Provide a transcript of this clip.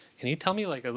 can you tell me, like, ah